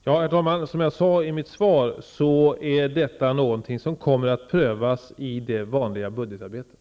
Herr talman! Som jag sade i mitt svar är detta någonting som kommer att prövas i det vanliga budgetarbetet.